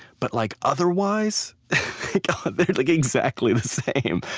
but like otherwise they're like exactly the same.